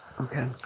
Okay